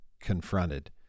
confronted